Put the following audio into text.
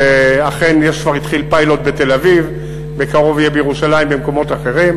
ואכן כבר התחיל פיילוט בתל-אביב ובקרוב יהיה בירושלים ובמקומות אחרים,